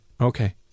Okay